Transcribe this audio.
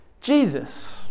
Jesus